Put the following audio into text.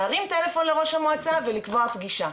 להרים טלפון לראש המועצה ולקבוע פגישה.